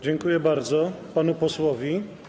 Dziękuję bardzo panu posłowi.